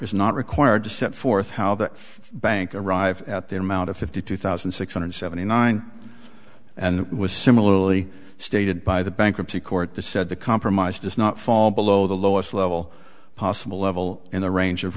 is not required to set forth how the bank arrived at the amount of fifty two thousand six hundred seventy nine and it was similarly stated by the bankruptcy court the said the compromise does not fall below the lowest level possible level in the range of